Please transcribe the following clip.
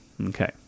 okay